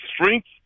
strength